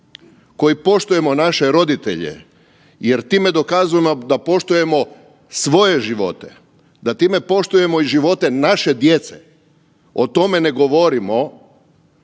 koji poštujemo naše roditelje jer time dokazujemo da poštujemo svoje živote, da time poštujemo živote naše djece o tome ne govorimo